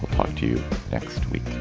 talk to you next week